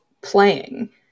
playing